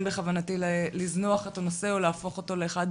בכוונתי לזנוח את הנושא או להפוך אותו לאחד